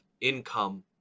income